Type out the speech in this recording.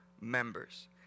members